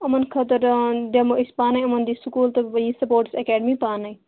یِمن خٲظرٕ دِمو أسۍ پانے یِمن دِی سکوٗل تہٕ یہ سٕپورٹز ایکیڈمِی پانے